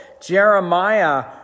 Jeremiah